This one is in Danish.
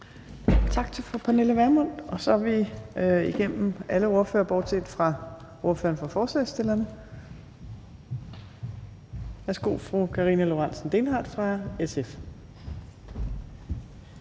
Tak til fru Pernille Vermund. Og så er vi igennem alle ordførerne, bortset fra ordføreren for forslagsstillerne. Værsgo, fru Karina Lorentzen Dehnhardt fra SF.